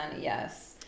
yes